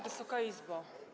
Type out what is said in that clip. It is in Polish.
Wysoka Izbo!